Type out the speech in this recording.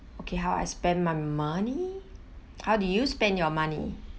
okay how I spent my money how did you spend your money